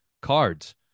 cards